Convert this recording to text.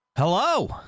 Hello